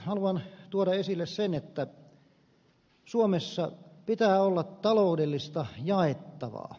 haluan tuoda esille sen että suomessa pitää olla taloudellista jaettavaa